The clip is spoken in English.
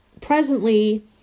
presently